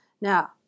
Now